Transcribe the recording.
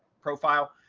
profile.